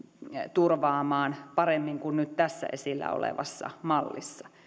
turvaamaan paremmin kuin nyt tässä esillä olevassa mallissa